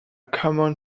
common